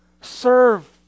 serve